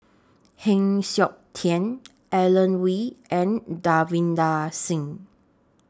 Heng Siok Tian Alan Oei and Davinder Singh